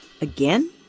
again